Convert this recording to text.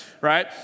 right